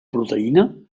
proteïna